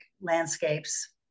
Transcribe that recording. landscapes